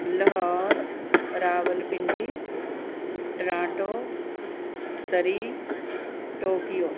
Lahore Rawalpindi Toronto Surrey Tokyo